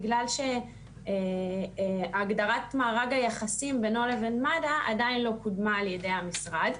בגלל שהגדרת מארג היחסים בינו לבין מד"א עדיין לא קודמה על ידי המשרד.